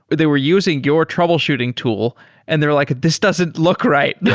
they were using your troubleshooting tool and they're like, this doesn't look right. yeah